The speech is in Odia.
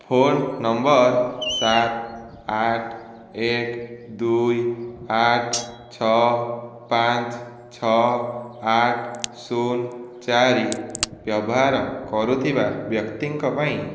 ଫୋନ ନମ୍ବର ସାତ ଆଠ ଏକ ଦୁଇ ଆଠ ଛଅ ପାଞ୍ଚ ଛଅ ଆଠ ଶୂନ ଚାରି ବ୍ୟବହାର କରୁଥିବା ବ୍ୟକ୍ତିଙ୍କ ପାଇଁ